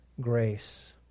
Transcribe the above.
grace